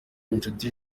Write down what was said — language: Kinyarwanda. inshuti